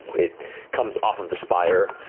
it comes off of the spire.